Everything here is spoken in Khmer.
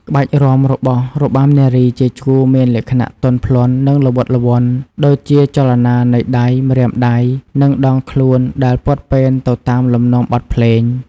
ក្បាច់រាំរបស់របាំនារីជាជួរមានលក្ខណៈទន់ភ្លន់ និងល្វត់ល្វន់ ដូចជាចលនានៃដៃ ម្រាមដៃ និងដងខ្លួនដែលពត់ពែនទៅតាមលំនាំបទភ្លេង។